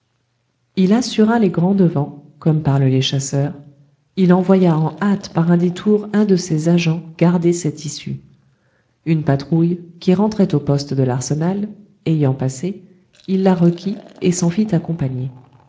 il assura les grands devants comme parlent les chasseurs il envoya en hâte par un détour un de ses agents garder cette issue une patrouille qui rentrait au poste de l'arsenal ayant passé il la requit et